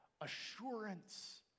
assurance